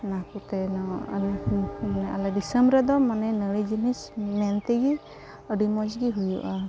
ᱚᱱᱟᱠᱚᱛᱮ ᱱᱚᱣᱟ ᱟᱞᱮ ᱟᱞᱮ ᱫᱤᱥᱚᱢ ᱨᱮᱫᱚ ᱢᱟᱱᱮ ᱱᱟᱹᱲᱤ ᱡᱤᱱᱤᱥ ᱢᱮᱱᱛᱮᱜᱮ ᱟᱹᱰᱤ ᱢᱚᱡᱽᱜᱮ ᱦᱩᱭᱩᱜᱼᱟ